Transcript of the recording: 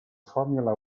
formula